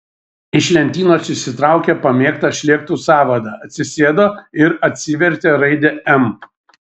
iš lentynos išsitraukė pamėgtą šlėktų sąvadą atsisėdo ir atsivertė raidę m